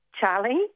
Charlie